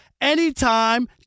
anytime